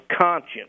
conscience